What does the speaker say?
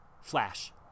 flash